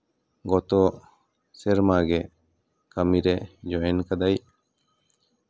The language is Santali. ᱜᱚᱛᱚ ᱥᱮᱨᱢᱟ ᱜᱮ ᱠᱟᱹᱢᱤᱨᱮ ᱡᱚᱭᱮᱱ ᱟᱠᱟᱫᱟᱭ